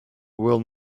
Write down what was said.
will